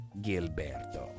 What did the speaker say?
Gilberto